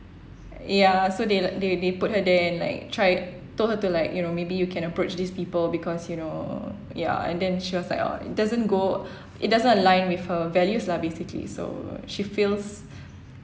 ya so they li~ they they put her there and like try told her to like you know maybe you can approach these people because you know ya and then she was like uh it doesn't go it doesn't align with her values lah basically so she feels